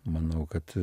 manau kad